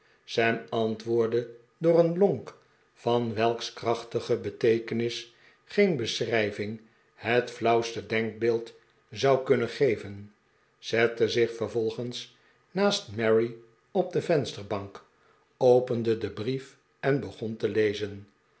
sam antwoordde door een lonk van welks krachtige beteekenis geen beschrijving het flauwste denkbeeld zou kunnen geven zette zich vervolgens naast mary op de vensterbank opende den brief en begon te lezen